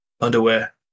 underwear